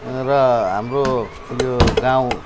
र हाम्रो यो गाउँ